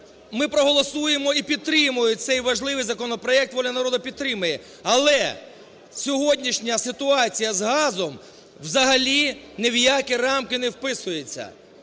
ми проголосуємо і підтримаємо цей важливий законопроект, "Воля народу" підтримає. Але сьогоднішня ситуація з газом взагалі ні в які рамки не вписується.